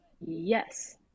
yes